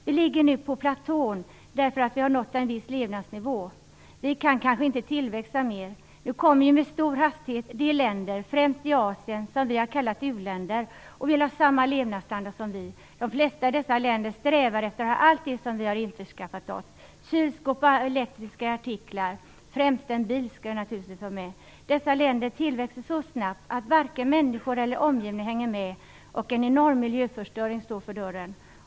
Vi ligger nu på platån, därför att vi har nått en viss levnadsnivå. Vi kan kanske inte tillväxa mer. Nu kommer ju med stor hastighet de länder, främst i Asien, som vi har kallat u-länder, och vill ha samma levnadsstandard som vi. De flesta i dessa länder strävar efter att ha allt det som vi har införskaffat oss. Kylskåp och andra elektriska artiklar och främst en bil skall finnas med. Dessa länder tillväxer så snabbt att varken människor eller omgivning hänger med, och en enorm miljöförstöring står för dörren.